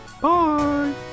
Bye